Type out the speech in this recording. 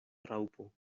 raŭpo